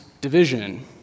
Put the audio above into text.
division